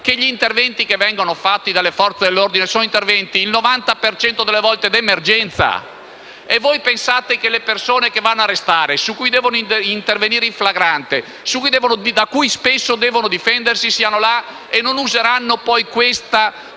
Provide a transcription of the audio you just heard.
che gli interventi che vengono svolti dalle Forze dell'ordine sono per il 90 per cento delle volte di emergenza. E voi pensate che le persone che vanno ad arrestare, su cui devono intervenire in flagrante, e da cui spesso devono difendersi, non useranno poi questo